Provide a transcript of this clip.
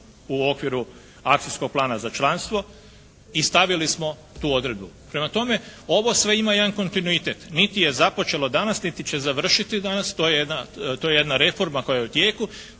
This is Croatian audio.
u okviru akcijskog plana za članstvo i stavili smo tu odredbu. Prema tome, ovo sve ima jedan kontinuitet. Niti je započelo danas, niti će završiti danas, to je jedna reforma koja je u tijeku.